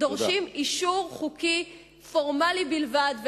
דורשים אישור חוקי פורמלי בלבד,